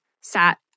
sat